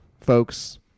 folks